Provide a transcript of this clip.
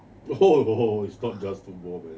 oh oh it's not just football man